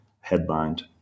headlined